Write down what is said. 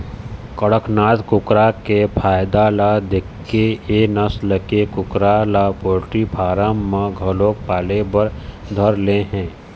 कड़कनाथ कुकरा के फायदा ल देखके ए नसल के कुकरा ल पोल्टी फारम म घलोक पाले बर धर ले हे